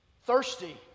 Thirsty